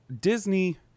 Disney